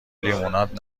لیموناد